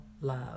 love